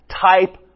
type